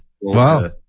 Wow